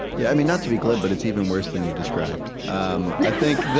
yeah, i mean, not to be glib, but it's even worse than you describe um